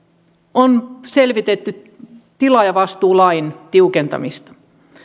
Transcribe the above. on selvitetty tilaajavastuulain tiukentamista